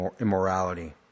immorality